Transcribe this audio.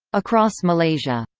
across malaysia.